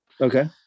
okay